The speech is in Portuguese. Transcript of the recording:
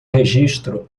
registro